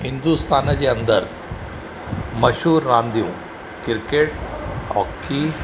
हिंदुस्तान जे अंदरु मशहूरु रांदियूं क्रिकेट हॉकी